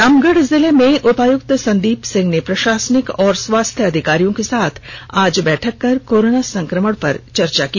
रामगढ़ जिले में उपायुक्त संदीप सिंह ने प्रषासनिक और स्वास्थ्य अधिकारियों के साथ आज बैठक कर कोरोना संक्रमण पर चर्चा की